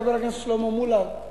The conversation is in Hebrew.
חבר הכנסת שלמה מולה,